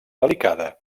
delicada